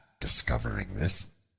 discovering this,